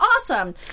awesome